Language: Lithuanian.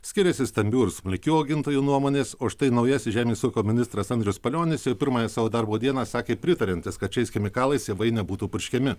skiriasi stambių ir smulkių augintojų nuomonės o štai naujasis žemės ūkio ministras andrius palionis ir pirmąją savo darbo dieną sakė pritariantis kad šiais chemikalais javai nebūtų purškiami